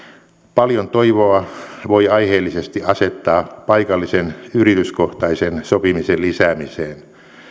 paljon toivoa voi aiheellisesti asettaa paikallisen yrityskohtaisen sopimisen lisäämiselle